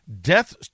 Death